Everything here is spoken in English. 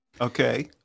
Okay